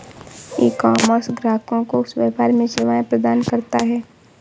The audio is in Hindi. ईकॉमर्स ग्राहकों को व्यापार में सेवाएं प्रदान करता है